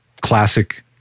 classic